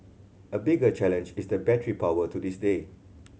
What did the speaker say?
a bigger challenge is the battery power to this day